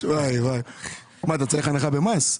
אתה צריך הנחה במס?